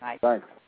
Thanks